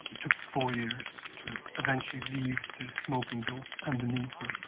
took four years to eventually leave the smoking dope and the need for it.